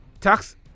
tax